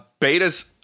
Betas